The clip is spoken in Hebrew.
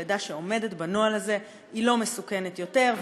לידה שעומדת בנוהל הזה אינה מסוכנת יותר.